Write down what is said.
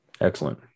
Excellent